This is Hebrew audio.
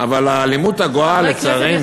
אבל האלימות הגואה לצערנו